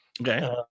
Okay